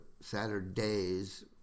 Saturdays